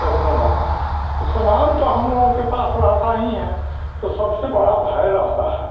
वैष्णों माता तो समान तो हम लोगों के पास रहता ही है तो सबसे बड़ा भय रहता है